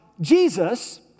Jesus